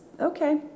okay